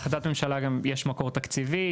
החלטת ממשלה יש מקור תקציבי,